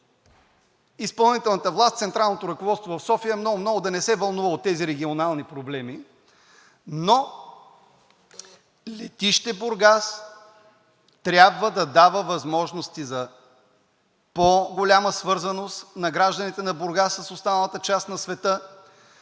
изпълнителната власт, централното ръководство в София, много, много да не се вълнува от тези регионални проблеми, но летище Бургас трябва да дава възможности за по-голяма свързаност на гражданите на Бургас с останалата част на света,